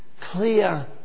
clear